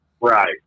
Right